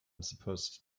supposed